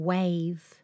Wave